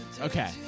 Okay